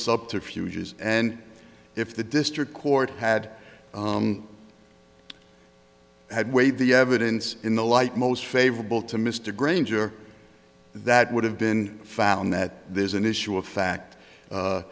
subterfuge is and if the district court had had way the evidence in the light most favorable to mr granger that would have been found that there's an issue of fact